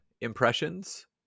impressions